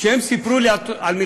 כשהם סיפרו לי על מלחמתם,